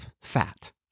fat